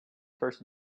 first